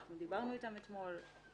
דיברנו אתם אתמול.